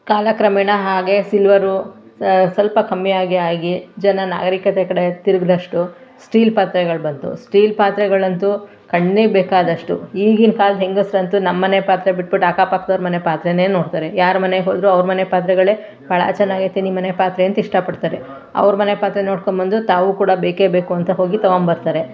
ಕಾಲಕ್ರಮೇಣ ಹಾಗೇ ಸಿಲ್ವರು ಸ್ವಲ್ಪ ಕಮ್ಮಿ ಆಗಿ ಆಗಿ ಜನ ನಾಗರೀಕತೆ ಕಡೆ ತಿರುಗ್ದಷ್ಟು ಸ್ಟೀಲ್ ಪಾತ್ರೆಗಳು ಬಂತು ಸ್ಟೀಲ್ ಪಾತ್ರೆಗಳಂತೂ ಕಣ್ಣಿಗೆ ಬೇಕಾದಷ್ಟು ಈಗಿನ ಕಾಲ್ದ ಹೆಂಗಸರಂತೂ ನಮ್ಮನೆ ಪಾತ್ರೆ ಬಿಟ್ಬಿಟ್ಟು ಅಕ್ಕಪಕ್ದವ್ರು ಮನೆ ಪಾತ್ರೆಯೇ ನೋಡ್ತಾರೆ ಯಾರ ಮನೆಗೆ ಹೋದರು ಅವ್ರ ಮನೆ ಪಾತ್ರೆಗಳೇ ಭಾಳ ಚೆನ್ನಾಗೈತೆ ನಿಮ್ಮನೆ ಪಾತ್ರೆ ಅಂತ ಇಷ್ಟಪಡ್ತಾರೆ ಅವ್ರ ಮನೆ ಪಾತ್ರೆ ನೋಡ್ಕೊಂಡ್ಬಂದು ತಾವೂ ಕೂಡ ಬೇಕೇ ಬೇಕು ಅಂತ ಹೋಗಿ ತಗೊಂಡ್ಬರ್ತಾರೆ